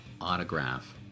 Autograph